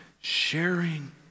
Sharing